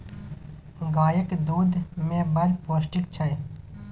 गाएक दुध मे बड़ पौष्टिक छै